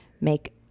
make